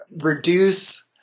reduce